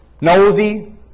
nosy